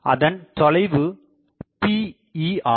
அதன் தொலைவு Pe ஆகும்